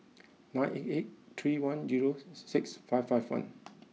nine eight eight three one zero six five five one